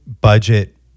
budget